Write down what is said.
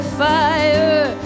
fire